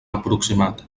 aproximat